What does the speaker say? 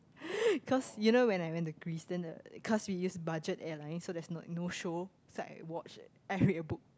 cause you know when I went to Greece then the cause we use budget airlines so there's like no show so I watch I read a book